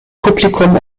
publikum